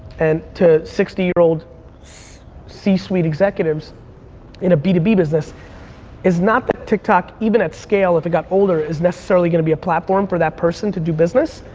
and to sixty year old c-suite executives in a b two b business is not that tiktok even at scale, if it got older, is necessarily gonna be a platform for that person to do business.